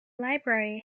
library